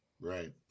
Right